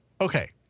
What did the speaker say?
Okay